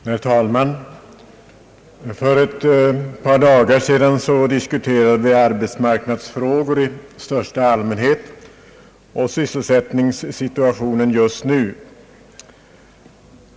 Herr talman! För ett par dagar sedan diskuterade vi arbetsmarknadsfrågor i största allmänhet och sysselsättningssituationen just nu.